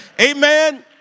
Amen